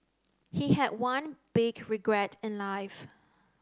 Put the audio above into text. he had one big regret in life